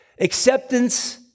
acceptance